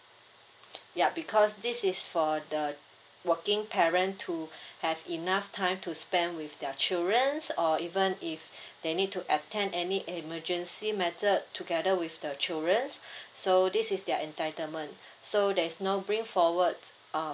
ya because this is for the working parent to have enough time to spend with their childrens or even if they need to attend any emergency mattered together with the childrens so this is their entitlement so there is no bring forward uh